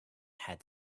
had